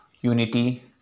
unity